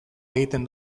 egiten